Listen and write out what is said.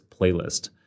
playlist